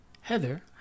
Heather